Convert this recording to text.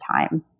time